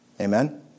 Amen